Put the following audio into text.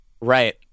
Right